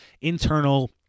internal